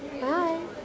Bye